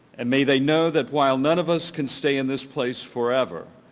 and may they know that while none of us can stay in this place forever,